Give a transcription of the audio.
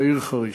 בעיר חריש.